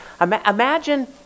Imagine